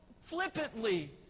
flippantly